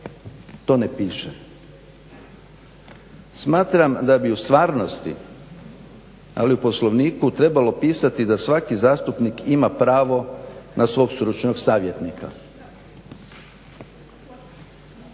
To ne piše. Smatram da bi u stvarnosti ali i u Poslovniku trebalo pisati da svaki zastupnik ima pravo na svog stručnog savjetnika.